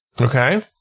Okay